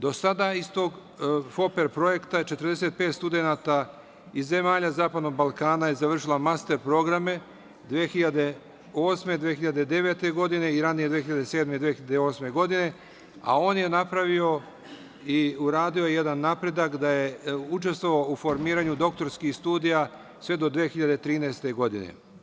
Do sada je iz tog FOPER projekta 45 studenata iz zemalja zapadnog Balkana završilo master programe, 2008, 2009. godine i ranije, 2007. i 2008. godine, a on je napravio i uradio jedan napredak, da je učestvovao u formiranju doktorskih studija sve do 2013. godine.